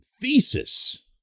thesis